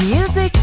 Music